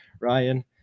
ryan